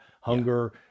hunger